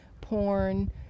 porn